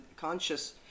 conscious